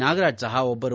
ನಾಗರಾಜ್ ಸಹ ಒಬ್ಬರು